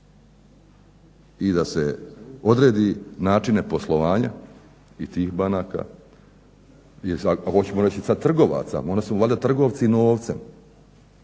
i da se odredi načine poslovanja i tih banaka. Hoćemo reći sad trgovaca, one su valjda trgovci novcem,